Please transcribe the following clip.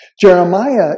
Jeremiah